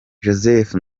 joseph